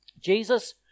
Jesus